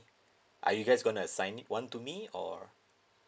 are you guys gonna sign it one to me or